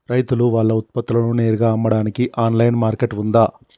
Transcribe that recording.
రైతులు వాళ్ల ఉత్పత్తులను నేరుగా అమ్మడానికి ఆన్లైన్ మార్కెట్ ఉందా?